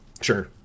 Sure